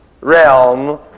realm